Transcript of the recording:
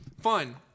fun